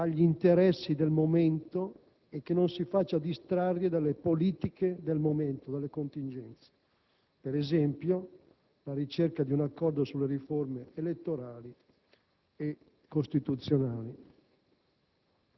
agli interessi del momento e che non si faccia distrarre dalle politiche del momento e dalle contingenze, come, per esempio, la ricerca di un accordo sulle riforme elettorali e costituzionali.